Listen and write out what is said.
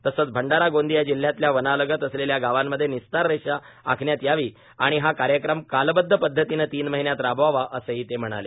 तसंच भंडारा गोंदिया जिल्ह्यातल्या वनालगत असलेल्या गावांमध्ये निस्तार रेषा आखण्यात यावी आणि हा कार्यक्रम कालबद्ध पद्धतीने तीन महिन्यात राबवावा असंही ते म्हणाले